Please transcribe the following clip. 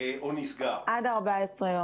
עד 14 ימים.